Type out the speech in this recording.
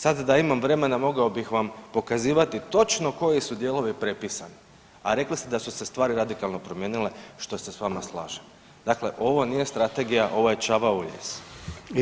Sad da imam vremena mogao bih vam pokazivati točno koji su dijelovi prepisani, a rekli ste da su se stvari radikalno promijenile, što se s vama slažem, dakle ovo nije strategija ovo je čavao u lijes.